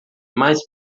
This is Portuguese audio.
mais